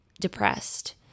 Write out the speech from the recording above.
depressed